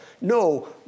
no